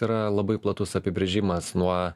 yra labai platus apibrėžimas nuo